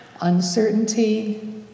uncertainty